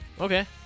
okay